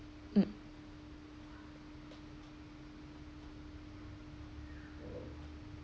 mm